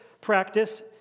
practice